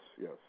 yes